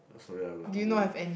oh sorry I got too many